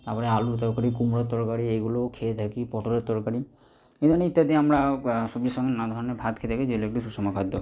তারপরে আলুর তরকারি কুমড়োর তরকারি এইগুলোও খেয়ে থাকি পটলের তরকারি এই ধরনের ইত্যাদি আমরা সবজির সঙ্গে নানা ধরনের ভাত খেয়ে থাকি যেগুলো একটি সুষম খাদ্য